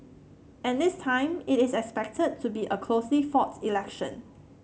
and this time it is expected to be a closely fought election